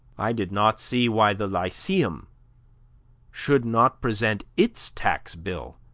i did not see why the lyceum should not present its tax bill,